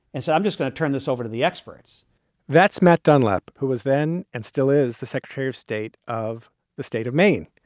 and so i'm just going to turn this over to the experts that's matt dunlap, who was then and still is the secretary of state of the state of maine.